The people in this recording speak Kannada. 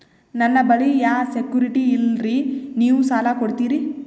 ನನ್ನ ಬಳಿ ಯಾ ಸೆಕ್ಯುರಿಟಿ ಇಲ್ರಿ ನೀವು ಸಾಲ ಕೊಡ್ತೀರಿ?